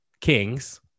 kings